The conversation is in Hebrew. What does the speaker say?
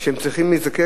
שהם צריכים להזדקק?